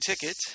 ticket